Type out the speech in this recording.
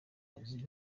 kazi